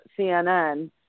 CNN